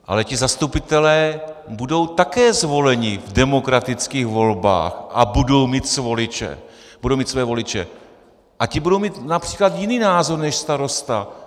Ale ti zastupitelé budou také zvoleni v demokratických volbách a budou mít své voliče a ti budou mít například jiný názor než starosta!